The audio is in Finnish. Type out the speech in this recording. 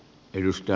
kiitos